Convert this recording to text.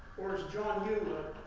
or as john yoo,